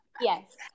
Yes